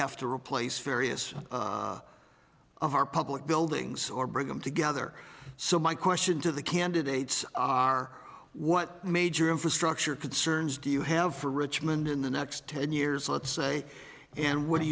have to replace various of our public buildings or bring them together so my question to the candidates are what major infrastructure concerns do you have for richmond in the next ten years let's say and what